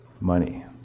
money